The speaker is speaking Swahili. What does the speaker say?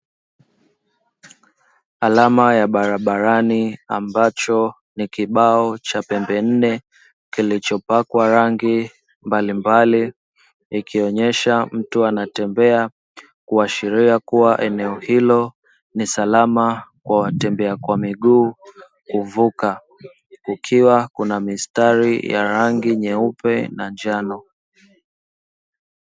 Alama ya barabarani ambacho ni kibao cha pembe nne kilichopakwa rangi mbalimbali ikionyesha mtu anatembea, kuashiria kuwa eneo hilo ni salama kwa watembea kwa miguu kuvuka. Ikiwa kuna mistari ya rangi nyeupe na njano.